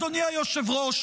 אדוני היושב-ראש,